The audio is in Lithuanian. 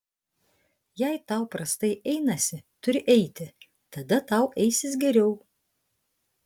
jei tau prastai einasi turi eiti tada tau eisis geriau